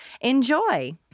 Enjoy